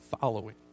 following